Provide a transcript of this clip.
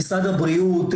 משרד הבריאות,